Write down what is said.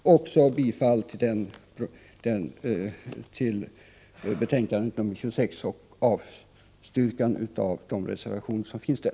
Jag yrkar bifall till socialutskottets hemställan i dess betänkande nr 26 och avslag på de reservationer som finns där.